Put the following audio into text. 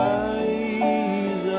eyes